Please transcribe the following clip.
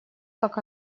как